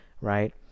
Right